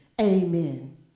amen